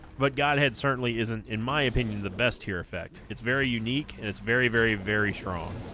but godhead certainly isn't in my opinion the best here effect it's very unique and it's very very very strong